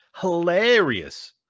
hilarious